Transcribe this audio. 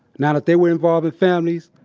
now that they were involving families,